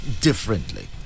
differently